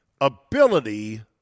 Ability